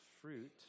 fruit